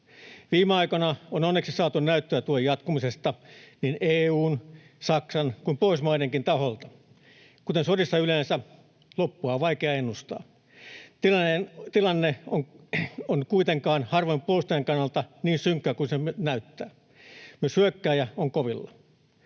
Viime aikoina on onneksi saatu näyttöä tuen jatkumisesta niin EU:n, Saksan kuin Pohjoismaidenkin taholta. Kuten sodissa yleensä, loppua on vaikea ennustaa. Tilanne on kuitenkaan harvoin puolustajan kannalta niin synkkä kuin miltä se näyttää, myös hyökkääjä on kovilla.